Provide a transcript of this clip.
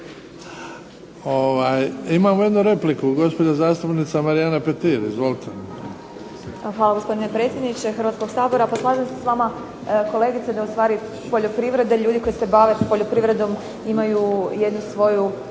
Imamo jednu repliku, gospođa zastupnica Marijana Petir. Izvolite. **Petir, Marijana (HSS)** Hvala gospodine predsjedniče Hrvatskoga sabora. Slažem se s vama kolegica da poljoprivreda, ljudi koji se bave s poljoprivredom imaju jednu svoju